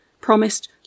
promised